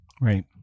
Right